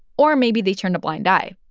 or maybe they turned a blind eye.